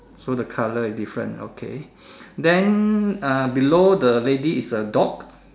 so the color is different okay then uh below the lady is a dog